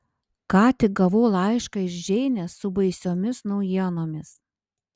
ką tik gavau laišką iš džeinės su baisiomis naujienomis